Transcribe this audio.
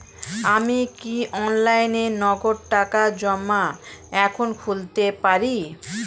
আমি কি অনলাইনে নগদ টাকা জমা এখন খুলতে পারি?